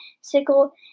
Sickle